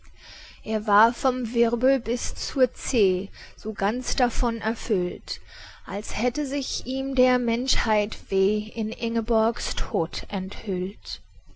er war vom wirbel bis zur zeh so ganz davon erfüllt als hätte sich ihm der menschheit weh in ingeborgs tod enthüllt